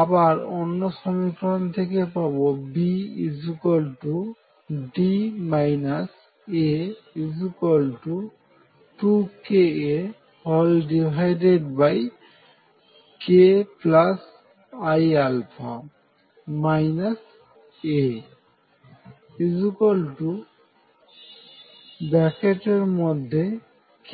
আবার অন্য সমীকরণ থেকে পাবো B D A 2kAkiα A k